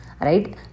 right